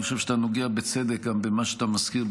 אני חושב שאתה נוגע בצדק גם במה שאתה מזכיר,